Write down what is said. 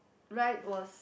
ride was